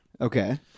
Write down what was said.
Okay